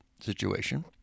situation